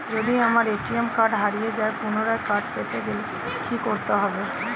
যদি আমার ATM card হারিয়ে যায় পুনরায় কার্ড পেতে গেলে কি করতে হবে?